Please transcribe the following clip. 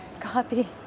copy